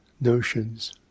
notions